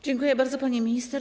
Dziękuję bardzo, pani minister.